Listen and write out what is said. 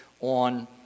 on